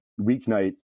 weeknight